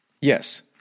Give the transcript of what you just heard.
Yes